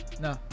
no